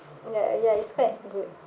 ya ya it's quite good